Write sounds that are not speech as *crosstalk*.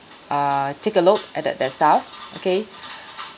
err take a look at that that staff okay *breath*